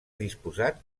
disposat